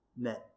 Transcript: net